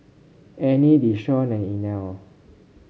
Annie Desean and Inell